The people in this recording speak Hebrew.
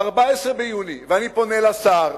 אני פונה אל השר,